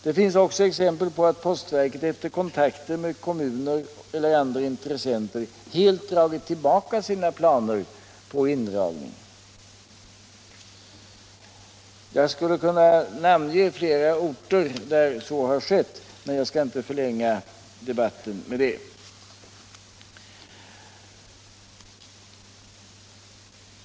Det finns också exempel på att postverket efter kontakter med kommuner och andra intressenter helt dragit tillbaka sina planer på indragning. Jag skulle kunna namnge flera orter där så har skett, men jag skall inte förlänga debatten med det.